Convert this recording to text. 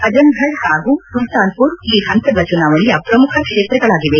ಅಜಂಘಡ್ ಹಾಗೂ ಸುಲ್ಲಾನ್ಪುರ್ ಈ ಹಂತದ ಚುನಾವಣೆಯ ಪ್ರಮುಖ ಕ್ಷೇತ್ರಗಳಾಗಿವೆ